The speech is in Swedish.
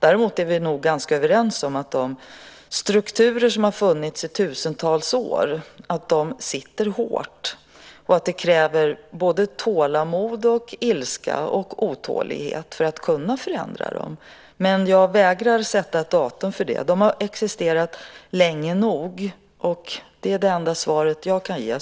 Däremot är vi nog överens om att de strukturer som har funnits i tusentals år sitter hårt och att det kräver både tålamod, ilska och otålighet för att kunna förändra dem. Men jag vägrar att sätta ett datum. Strukturerna har existerat länge nog, och det är det enda svaret jag kan ge.